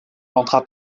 entra